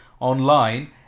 online